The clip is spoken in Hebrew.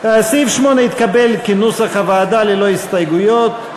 8 התקבל, כנוסח הוועדה, ללא הסתייגויות.